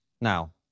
now